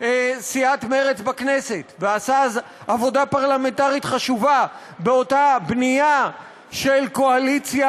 סיעת מרצ בכנסת ועשה אז עבודה פרלמנטרית חשובה באותה בנייה של קואליציה,